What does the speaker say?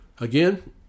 Again